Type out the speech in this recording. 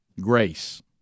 grace